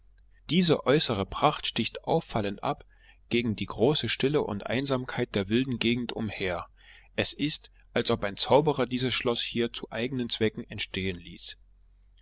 diese äußere pracht sticht auffallend ab gegen die große stille und einsamkeit der wilden gegend umher es ist als ob ein zauberer dieses schloß hier zu eigenen zwecken entstehen ließ